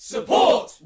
Support